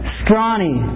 scrawny